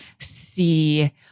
See